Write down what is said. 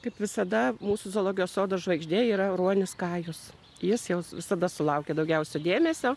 kaip visada mūsų zoologijos sodo žvaigždė yra ruonis kajus jis jau visada sulaukia daugiausiai dėmesio